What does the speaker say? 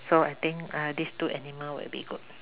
so I think uh these two animal would be good